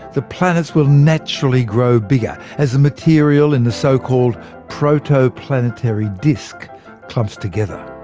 the planets will naturally grow bigger, as the material in the so-called protoplanetary disc clumps together.